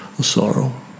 sorrow